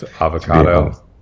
Avocado